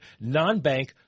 non-bank